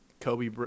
Kobe